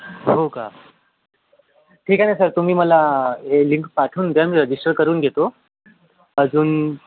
हो का ठीक आहे ना सर तुम्ही मला हे लिंक पाठवून द्या मी रजिस्टर करून घेतो अजून